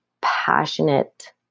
passionate